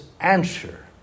answer